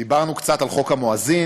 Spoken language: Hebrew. דיברנו קצת על חוק המואזין,